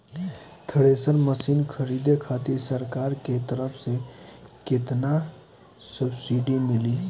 Thresher machine खरीदे खातिर सरकार के तरफ से केतना सब्सीडी मिली?